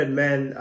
man